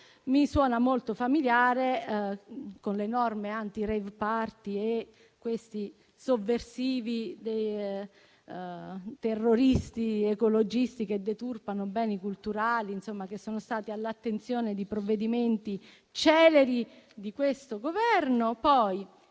mi suona molto familiare rispetto alle norme anti-*rave party* e contro i sovversivi terroristi ecologisti che deturpano beni culturali e che sono stati all'attenzione di provvedimenti celeri di questo Governo.